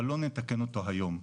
אבל לא נתקן אותו היום'.